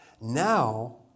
Now